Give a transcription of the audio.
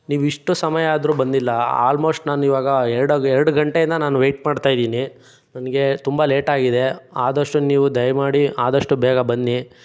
ನೀವಿಷ್ಟು ಸಮಯ ಆದರೂ ಬಂದಿಲ್ಲ ಆಲ್ಮೋಸ್ಟ್ ನಾನಿವಾಗ ಎರಡು ಎರಡು ಗಂಟೆಯಿಂದ ನಾನು ವೆಯ್ಟ್ ಮಾಡ್ತಾ ಇದ್ದೀನಿ ನನಗೆ ತುಂಬ ಲೇಟ್ ಆಗಿದೆ ಆದಷ್ಟು ನೀವು ದಯಮಾಡಿ ಆದಷ್ಟು ಬೇಗ ಬನ್ನಿ